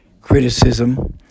criticism